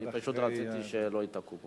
אני פשוט רציתי שלא ייתקעו.